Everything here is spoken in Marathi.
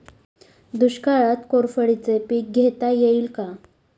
दुष्काळात कोरफडचे पीक घेता येईल का?